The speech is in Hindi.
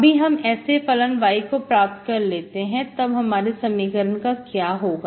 अभी हम ऐसे फलन y को प्राप्त कर लेते हैं तब हमारे समीकरण का क्या होगा